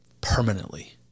permanently